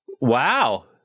Wow